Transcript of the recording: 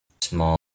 Small